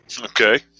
Okay